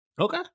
Okay